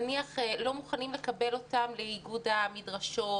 נניח לא מוכנים לקבל אותם לאיגוד המדרשות,